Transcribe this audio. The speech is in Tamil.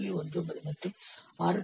19 மற்றும் 6